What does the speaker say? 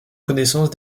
connaissance